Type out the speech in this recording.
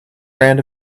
brand